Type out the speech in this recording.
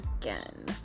again